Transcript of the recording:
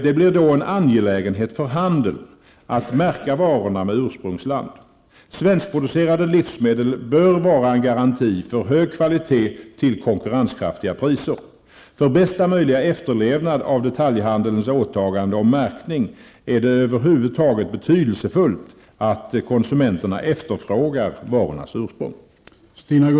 Det blir då en angelägenhet för handeln att märka varorna med ursprungsland. Svenskproducerade livsmedel bör vara en garanti för hög kvalitet till konkurrenskraftiga priser. För bästa möjliga efterlevnad av detaljhandelns åtagande om märkning är det över huvud taget betydelsefullt att konsumenterna efterfrågar varornas ursprung.